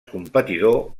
competidor